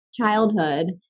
childhood